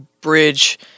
bridge